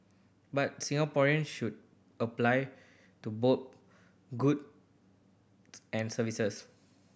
buy Singaporean should apply to both goods and services